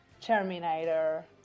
Terminator